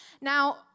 Now